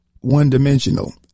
one-dimensional